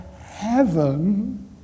heaven